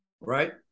Right